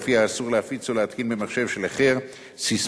שלפיה אסור להפיץ או להתקין במחשב של אחר ססמה